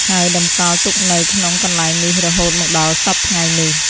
ហើយតម្កល់ទុកនៅក្នុងកន្លែងនេះរហូតមកដល់សព្វថ្ងៃនេះ។